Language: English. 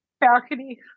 balcony